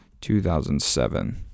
2007